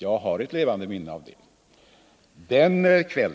Jag har ett levande minne av den debatten.